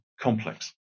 complex